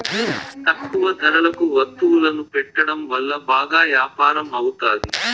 తక్కువ ధరలకు వత్తువులను పెట్టడం వల్ల బాగా యాపారం అవుతాది